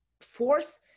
force